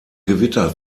gewitter